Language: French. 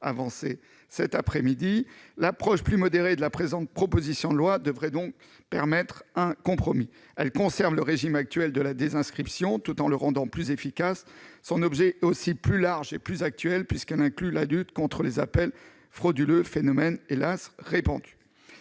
échoué. L'approche plus modérée des auteurs de la présente proposition de loi devrait permettre d'aboutir à un compromis. Elle conserve le régime actuel de la désinscription tout en le rendant plus efficace. Son objet est aussi plus large et plus actuel, puisqu'il inclut la lutte contre les appels frauduleux, phénomène hélas répandu.